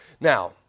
Now